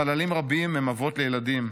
חללים רבים הם אבות לילדים.